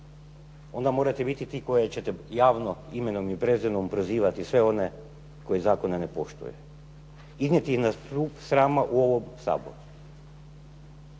onda morate biti ti koje ćete javno imenom i prezimenom prozivati sve one koji zakone ne poštuje, iznijeti ih na stup srama u ovom Saboru.